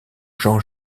jean